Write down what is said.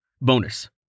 Bonus